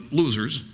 losers